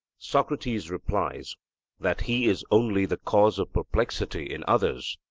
socrates replies that he is only the cause of perplexity in others,